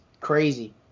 crazy